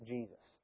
Jesus